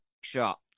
shot